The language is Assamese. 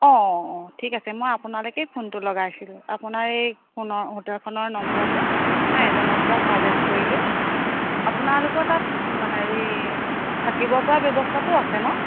অঁ অঁ ঠিক আছে মই আপোনালৈকে ফোনটো লগাইছিলোঁ আপোনাৰ এই হোটেলখনৰ নম্বৰটো মই এজনৰপৰা কালেক্ট কৰিলোঁ আপোনালোৰ তাত হেৰি থাকিব পৰা ব্যৱস্থাটো আছে ন